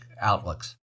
outlooks